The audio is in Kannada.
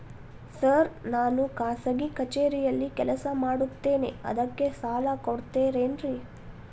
ಸರ್ ನಾನು ಖಾಸಗಿ ಕಚೇರಿಯಲ್ಲಿ ಕೆಲಸ ಮಾಡುತ್ತೇನೆ ಅದಕ್ಕೆ ಸಾಲ ಕೊಡ್ತೇರೇನ್ರಿ?